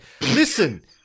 listen